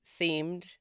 themed